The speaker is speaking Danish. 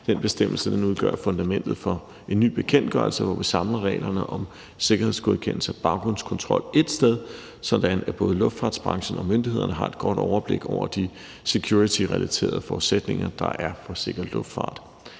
Den bestemmelse udgør jo fundamentet for en ny bekendtgørelse, hvor vi samler reglerne om sikkerhedsgodkendelse og baggrundskontrol ét sted, sådan at både luftfartsbranchen og myndighederne har et godt overblik over de securityrelaterede forudsætninger, der er for en sikker luftfart.